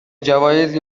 جوایزی